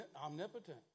omnipotent